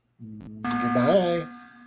Goodbye